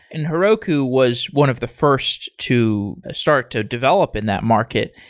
and heroku was one of the first to start to develop in that market.